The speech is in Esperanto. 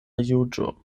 juĝo